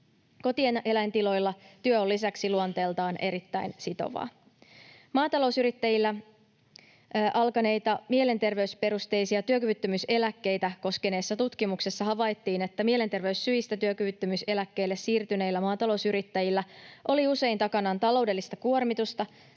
Kotieläintiloilla työ on lisäksi luonteeltaan erittäin sitovaa. Maatalousyrittäjillä alkaneita mielenterveysperusteisia työkyvyttömyyseläkkeitä koskeneessa tutkimuksessa havaittiin, että mielenterveyssyistä työkyvyttömyyseläkkeelle siirtyneillä maatalousyrittäjillä oli usein takanaan taloudellista kuormitusta